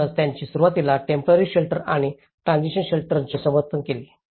म्हणूनच त्यांनी सुरुवातीला टेम्पोरारी शेल्टर आणि ट्रान्सिशन शेल्टरचे समर्थन केले